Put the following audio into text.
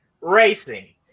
racing